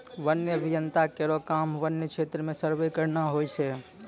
वन्य अभियंता केरो काम वन्य क्षेत्र म सर्वे करना होय छै